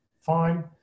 fine